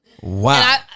wow